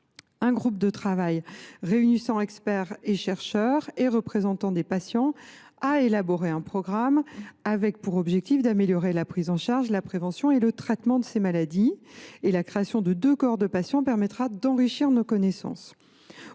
Un groupe de travail réunissant experts, chercheurs et représentants de patients a élaboré un programme, avec pour objectif d’améliorer la prise en charge, la prévention et le traitement de ces maladies. La création de deux cohortes de patients permettra d’enrichir nos connaissances.